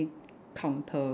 counter